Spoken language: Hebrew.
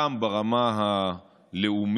גם ברמה הלאומית,